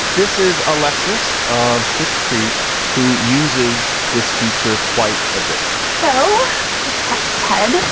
this is alexis of schitt's creek who uses this feature quite a bit so just talk to ted.